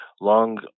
long